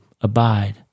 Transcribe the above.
abide